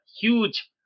huge